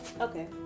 Okay